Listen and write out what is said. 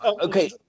okay